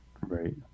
right